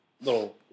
little